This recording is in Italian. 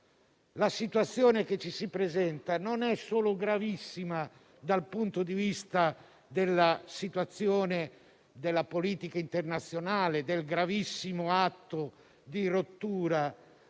La situazione che ci si presenta non è solo gravissima dal punto di vista della politica internazionale per il gravissimo atto di rottura